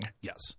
Yes